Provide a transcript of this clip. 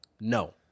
no